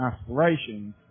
aspirations